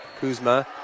Kuzma